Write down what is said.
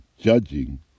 judging